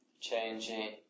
changing